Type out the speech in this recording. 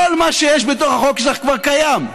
כל מה שיש בתוך החוק שלך כבר קיים.